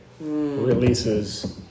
releases